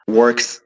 works